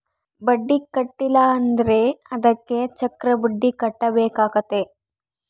ಬಡ್ಡಿ ಕಟ್ಟಿಲ ಅಂದ್ರೆ ಅದಕ್ಕೆ ಚಕ್ರಬಡ್ಡಿ ಕಟ್ಟಬೇಕಾತತೆ